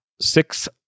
six